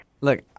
Look